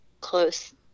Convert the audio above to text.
close